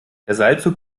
seilzug